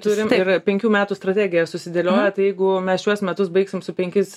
turim ir penkių metų strategiją susidėlioję tai jeigu mes šiuos metus baigsim su penkiais